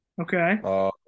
okay